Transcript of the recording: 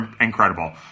incredible